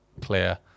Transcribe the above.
clear